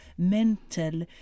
mental